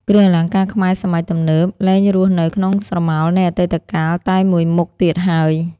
គ្រឿងអលង្ការខ្មែរសម័យទំនើប លែងរស់នៅក្នុងស្រមោលនៃអតីតកាលតែមួយមុខទៀតហើយ។